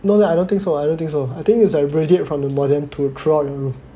no lah I don't think so I don't think so I think is like radiate from the modem to throughout the room